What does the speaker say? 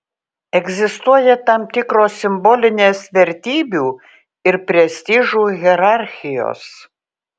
egzistuoja tam tikros simbolinės vertybių ir prestižų hierarchijos